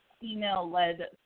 female-led